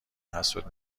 حسود